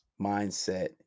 mindset